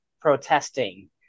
protesting